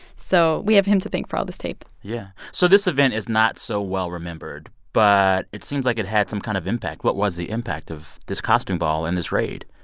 so we have him to thank for all this tape yeah. so this event is not so well-remembered, but it seems like it had some kind of impact. what was the impact of this costume ball and this raid?